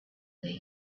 get